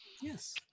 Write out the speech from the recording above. Yes